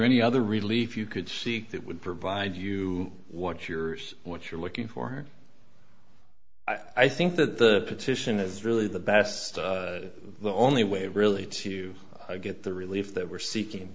any other relief you could seek that would provide you what's yours what you're looking for i think that the petition is really the best the only way really to get the relief that we're